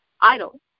idol